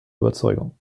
überzeugung